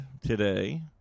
today